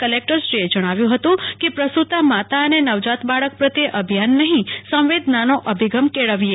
કલેકટરશ્રીએ જણાવ્યું હતું કે પ્રસુતા માતા અને નવજાત બાળક પ્રત્યે અભિયાન નફીં સંવેદનાનો અભિગમ કેળવીએ